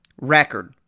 record